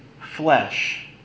flesh